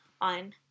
on